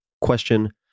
Question